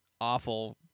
awful